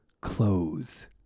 close